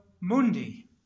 mundi